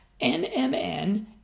NMN